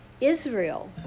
Israel